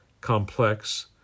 complex